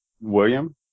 William